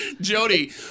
Jody